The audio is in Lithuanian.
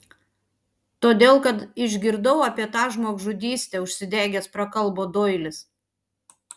todėl kad išgirdau apie tą žmogžudystę užsidegęs prakalbo doilis